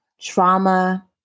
trauma